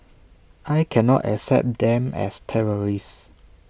I cannot accept them as terrorists